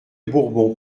bourbon